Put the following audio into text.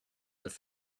their